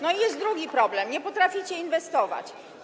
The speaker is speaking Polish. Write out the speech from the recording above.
No i jest drugi problem - nie potraficie inwestować.